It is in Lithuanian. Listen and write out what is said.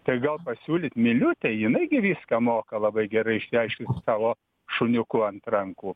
tai gal pasiūlyt miliūtei jinai gi viską moka labai gerai išsiaiškint su savo šuniuku ant rankų